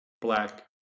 Black